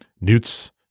Newt's